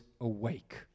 awake